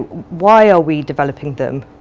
why are we developing them,